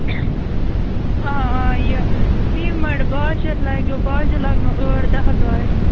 آ آ یہِ سیٖمَٹھ باجر لگوٕ باجر لَگنو ٲٹھ دَہ گاڑِ